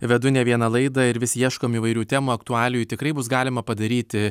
vedu ne vieną laidą ir vis ieškom įvairių temų aktualijų tikrai bus galima padaryti